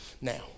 Now